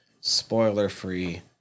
Spoiler-free